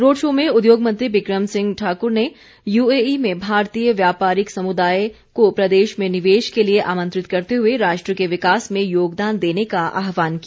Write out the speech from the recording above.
road show में उद्योग मंत्री बिक्रम सिंह ठाकुर ने यूएई में भारतीय व्यापारिक समुदाय को प्रदेश में निवेश के लिए आमंत्रित करते हुए राष्ट्र के विकास में योगदान देने का आह्वान किया